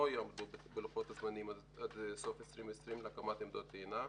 יעמדו בלוח הזמנים של עד סוף 2020 להקמת עמדות טעינה.